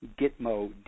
Gitmo